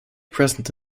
present